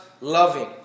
loving